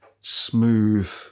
smooth